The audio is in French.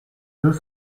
deux